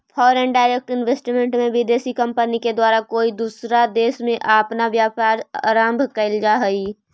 foreign direct investment में विदेशी company के द्वारा कोई दूसरा देश में अपना व्यापार आरंभ कईल जा हई